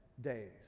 days